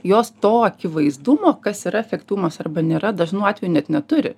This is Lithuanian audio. jos to akivaizdumo kas yra efektyvumas arba nėra dažnu atveju net neturi